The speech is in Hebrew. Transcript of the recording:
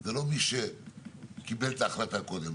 זה לא מי שקיבל את ההחלטה קודם.